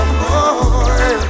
more